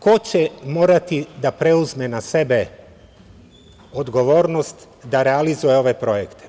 Ko će morati da preuzme na sebe odgovornost da realizuje ove projekte?